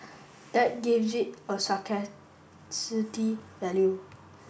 that gives it a value